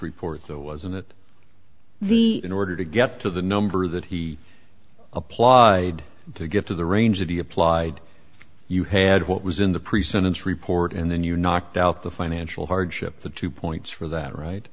report that was in that the in order to get to the number that he applied to get to the range that he applied you had what was in the pre sentence report and then you knocked out the financial hardship the two points for that right